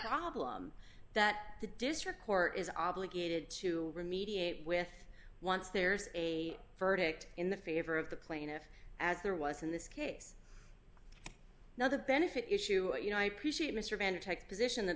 problem that the district court is obligated to remediate with once there's a verdict in the favor of the plaintiff as there was in this case now the benefit issue you know i appreciate mr vander take the position that